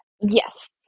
Yes